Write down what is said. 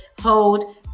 hold